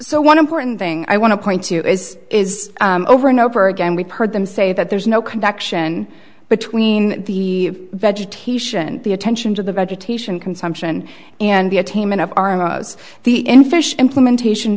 so one important thing i want to point to is is over and over again we've heard them say that there's no connection between the vegetation the attention to the vegetation consumption and the attainment of arm the in fish implementation